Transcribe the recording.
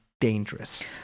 dangerous